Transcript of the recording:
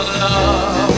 love